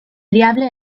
diable